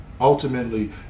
Ultimately